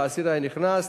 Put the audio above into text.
האסיר היה נכנס,